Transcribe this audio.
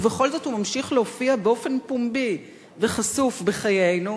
ובכל זאת הוא ממשיך להופיע באופן פומבי וחשוף בחיינו.